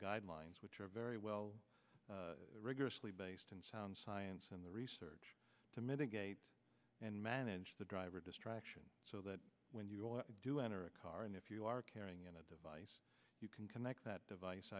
guidelines which are very well rigorously based on sound science and the research to mitigate and manage the driver distraction when you do enter a car and if you are carrying a device you can connect that device